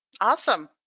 Awesome